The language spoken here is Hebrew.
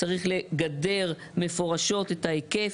צריך לגדר מפורשות את ההיקף,